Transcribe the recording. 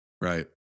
Right